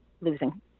losing